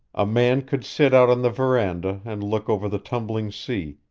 a man could sit out on the veranda and look over the tumbling sea,